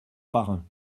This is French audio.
parrain